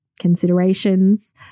considerations